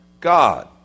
God